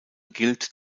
gilt